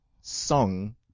song